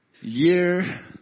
Year